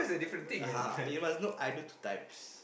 (uh huh) you must know I do two times